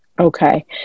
Okay